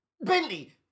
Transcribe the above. Bentley